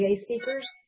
speakers